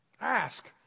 Ask